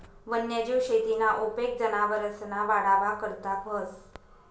वन्यजीव शेतीना उपेग जनावरसना वाढना करता व्हस